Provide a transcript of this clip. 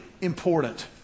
important